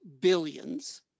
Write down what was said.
billions